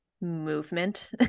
movement